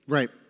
Right